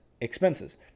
expenses